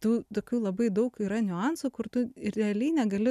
tu tokių labai daug yra niuansų kur tu realiai negali